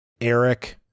Eric